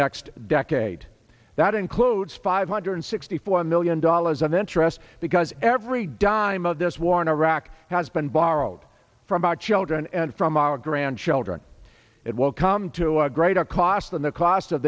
next decade that includes five hundred sixty four million dollars of interest because every dime of this war in iraq has been borrowed from our children and from our grandchildren it will come to a greater cost than the cost of